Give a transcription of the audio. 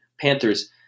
Panthers